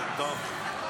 סדר.